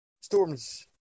storms